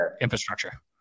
infrastructure